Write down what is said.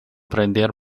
prender